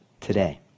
today